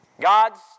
God's